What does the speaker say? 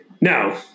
Now